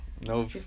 no